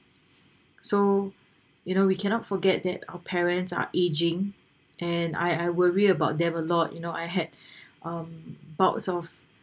so you know we cannot forget that our parents are aging and I I worry about them a lot you know I had um bouts of